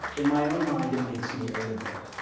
in my own mind, it makes me a liberal.